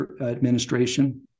administration